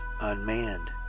unmanned